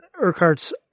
Urquhart's